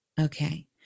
Okay